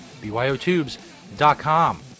BYOTubes.com